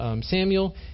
Samuel